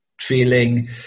feeling